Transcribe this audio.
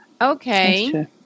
Okay